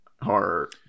horror